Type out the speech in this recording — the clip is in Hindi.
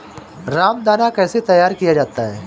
रामदाना कैसे तैयार किया जाता है?